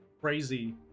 crazy